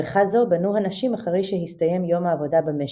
בריכה זו בנו הנשים אחרי שהסתיים יום העבודה במשק.